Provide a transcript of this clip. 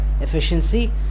efficiency